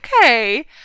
Okay